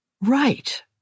right